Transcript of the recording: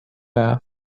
bath